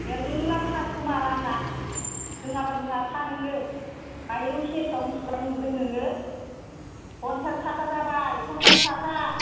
मेरला कास्ट'मार आंना लोङाब्ला लोङा था नोङो माइरं सेरसेयाव बिसिबां नुदों नोङो पन्सास थाखा जाबाय पन्सास थाखा